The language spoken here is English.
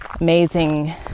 amazing